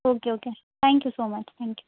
okay okay thank you so much thank you